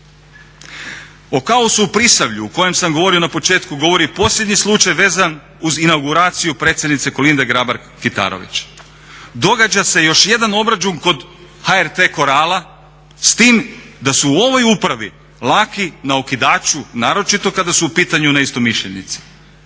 O kaosu u Prisavlju o kojem sam govorio na početku, govori i posljednji slučaj vezan uz inauguraciju predsjednice Kolinde Grabar-Kitarović. Događa se još jedan obračun kod HRT korala s tim da su u ovoj upravi laki na okidaču, naročito kada su u pitanju neistomišljenici.